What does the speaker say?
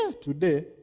today